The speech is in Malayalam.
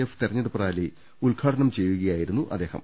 എഫ് തെരഞ്ഞെടുപ്പ് റാലി ഉദ്ഘാട്ടനം ചെയ്യുകയായിരുന്നു അദ്ദേഹം